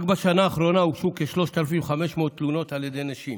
רק בשנה האחרונה הוגשו כ-3,500 תלונות על ידי נשים,